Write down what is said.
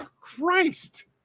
Christ